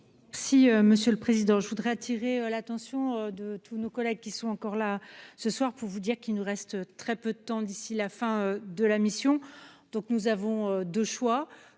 Si Monsieur le Président, je voudrais attirer l'attention de tous nos collègues qui sont encore là ce soir pour vous dire qu'il nous reste très peu de temps, d'ici la fin de la mission, donc nous avons 2 choix